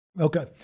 Okay